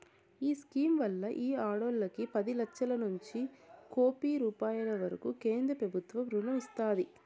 ఈ స్కీమ్ వల్ల ఈ ఆడోల్లకి పది లచ్చలనుంచి కోపి రూపాయిల వరకూ కేంద్రబుత్వం రుణం ఇస్తాది